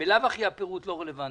בלאו הכי הפירוט לא רלוונטי.